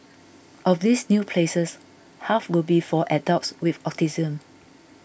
of these new places half will be for adults with autism